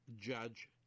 Judge